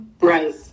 Right